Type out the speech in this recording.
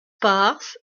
pars